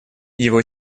его